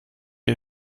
ihr